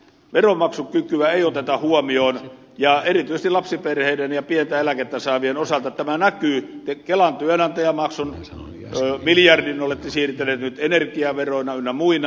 veronmaksukykyä ei oteta huomioon ja erityisesti lapsiperheiden ja pientä eläkettä saavien osalta tämä näkyy kelan työnantajamaksun miljardin olette siirtäneet nyt energiaveroja ynnä muina